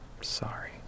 sorry